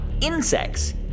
insects